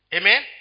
Amen